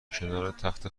درکنارتخت